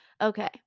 Okay